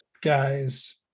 guys